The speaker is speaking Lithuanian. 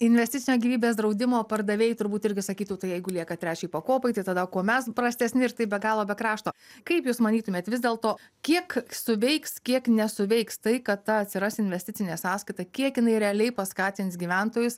investicinio gyvybės draudimo pardavėjai turbūt irgi sakytų tai jeigu lieka trečiai pakopai tai tada kuo mes prastesni ir taip be galo be krašto kaip jūs manytumėt vis dėlto kiek suveiks kiek nesuveiks tai kad ta atsiras investicinė sąskaita kiek jinai realiai paskatins gyventojus